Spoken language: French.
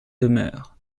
demeure